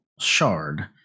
shard